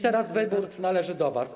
Teraz wybór należy do was.